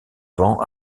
vend